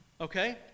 okay